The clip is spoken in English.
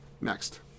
Next